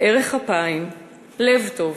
ארך אפיים, לב טוב,